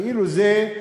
כאילו זה,